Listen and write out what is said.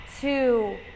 two